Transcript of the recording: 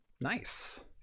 Nice